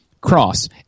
cross